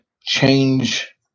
change